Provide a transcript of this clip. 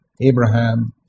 Abraham